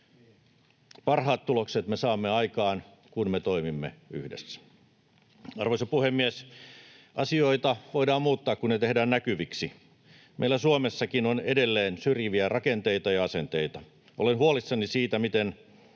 Parhaat tulokset me saamme aikaan, kun me toimimme yhdessä. Arvoisa puhemies! Asioita voidaan muuttaa, kun ne tehdään näkyviksi. Meillä Suomessakin on edelleen syrjiviä rakenteita ja asenteita. Olen huolissani siitä, miten